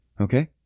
Okay